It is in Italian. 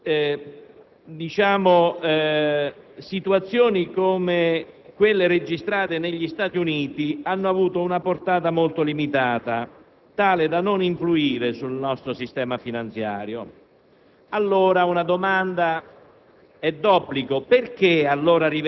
Pertanto, situazioni come quelle registrate negli Stati Uniti hanno avuto una portata molto limitata, tale da non influire sul nostro sistema finanziario.